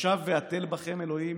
/ השב והתל בכם אלוהים,